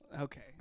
Okay